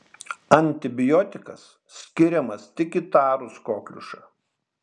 antibiotikas skiriamas tik įtarus kokliušą